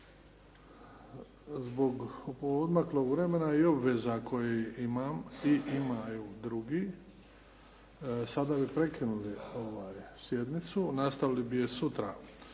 Zbog poodmaklog vremena i obveza koje imam i imaju drugi sada bi prekinuli sjednicu. Nastavili bi je sutra